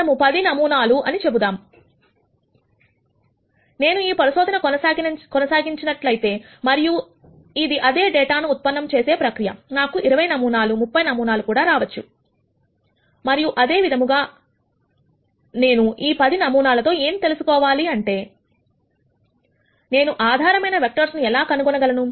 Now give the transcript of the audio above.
మనము 10 అని చెబుదాం మరియు నేను ఈ పరిశోధన కొనసాగించినట్లయితే మరియు ఇది అదే డేటా ను ఉత్పత్తి చేసే ప్రక్రియ నాకు 20 నమూనాలు 30 నమూనాలు రావచ్చు మరియు అదేవిధంగా అయినా నేను ఈ 10 నమూనాలతో ఏం తెలుసుకోవాలి అంటే నేను ఆధారమైన వెక్టర్స్ ను ఎలా కనుగొనగలను